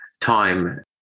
time